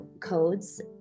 codes